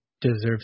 deserves